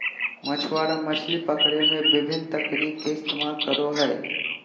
मछुआरा मछली पकड़े में विभिन्न तकनीक के इस्तेमाल करो हइ